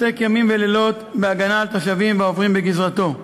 עוסק ימים ולילות בהגנה על התושבים והעוברים בגזרתו.